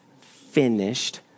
finished